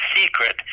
secret